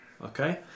Okay